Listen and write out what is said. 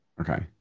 Okay